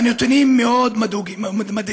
הנתונים מאוד מדאיגים.